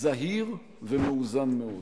זהיר ומאוזן מאוד.